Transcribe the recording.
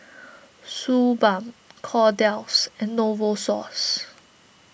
Suu Balm Kordel's and Novosource